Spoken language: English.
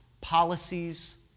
policies